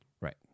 right